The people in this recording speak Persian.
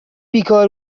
بیکار